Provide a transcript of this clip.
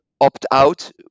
opt-out